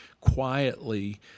quietly